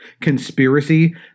conspiracy